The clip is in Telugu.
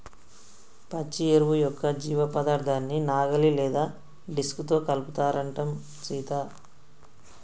పచ్చి ఎరువు యొక్క జీవపదార్థాన్ని నాగలి లేదా డిస్క్ తో కలుపుతారంటం సీత